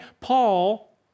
Paul